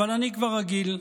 אבל אני כבר רגיל.